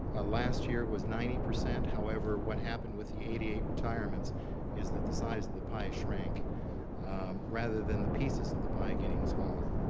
ah last year was ninety percent. however, what happened with the eighty eight retirements is that the size of the pie shrank rather than the pieces of the pie getting smaller.